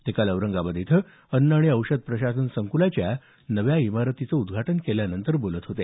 ते काल औरंगाबाद इथं अन्न आणि औषध प्रशासन संकुलाच्या नव्या इमारतीचं उद्घाटन केल्यानंतर बोलत होते